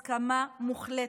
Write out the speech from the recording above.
צריכה להיות סביבו הסכמה מוחלטת,